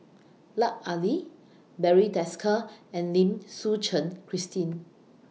Lut Ali Barry Desker and Lim Suchen Christine